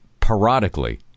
parodically